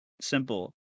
simple